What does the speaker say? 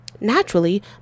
Naturally